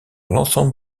l’ensemble